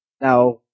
Now